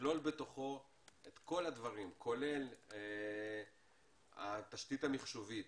שיכלול בתוכו את כל הדברים, כולל התשתית המחשובית.